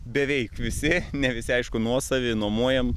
beveik visi ne visi aišku nuosavi nuomojam